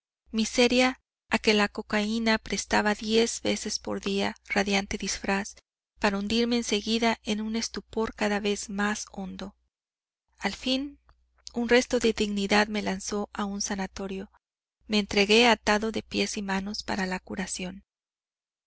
sin vida miseria a que la cocaína prestaba diez veces por día radiante disfraz para hundirme en seguida en un estupor cada vez más hondo al fin un resto de dignidad me lanzó a un sanatorio me entregué atado de pies y manos para la curación